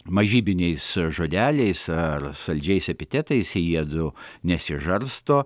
mažybiniais žodeliais ar saldžiais epitetais jiedu nesižarsto